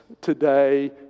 today